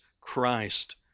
Christ